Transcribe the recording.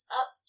up